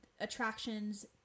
attractions